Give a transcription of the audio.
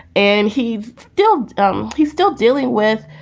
and he still um he's still dealing with